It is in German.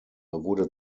wurde